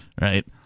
right